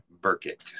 burkett